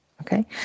Okay